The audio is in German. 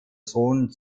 sohn